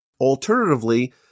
Alternatively